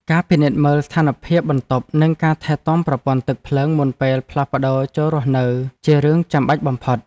ការពិនិត្យមើលស្ថានភាពបន្ទប់និងការថែទាំប្រព័ន្ធទឹកភ្លើងមុនពេលផ្លាស់ប្តូរចូលរស់នៅជារឿងចាំបាច់បំផុត។